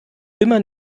immer